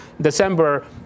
December